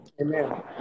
Amen